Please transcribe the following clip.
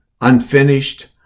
unfinished